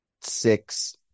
six